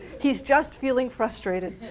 he's just feeling frustrated.